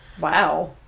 Wow